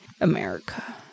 America